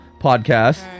podcast